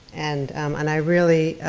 and and i really,